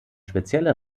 spezielle